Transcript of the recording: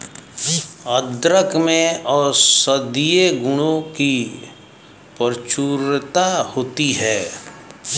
अदरक में औषधीय गुणों की प्रचुरता होती है